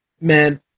Man